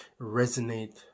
resonate